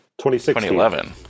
2011